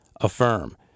Affirm